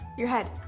your head?